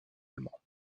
allemand